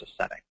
setting